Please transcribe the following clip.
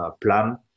plan